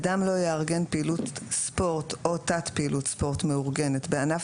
אדם לא יארגן פעילות ספורט או תת פעילות ספורט מאורגנת בענף